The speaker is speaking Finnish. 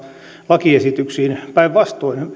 lakiesityksiin päinvastoin